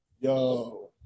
Yo